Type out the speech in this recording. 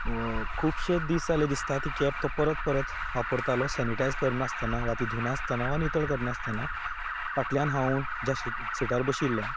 खुबशे दीस जाले दिसता की ती कॅब तो परत परत वापरतालो सॅनीटायज करनासतना वा ती धुयनासतना वा नितळ करनासतना फाटल्यान हांव ज्या शिटार ज्या सिटार बशिल्लो